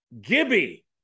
Gibby